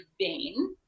vain